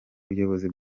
ubuyobozi